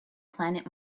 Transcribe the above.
planet